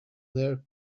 near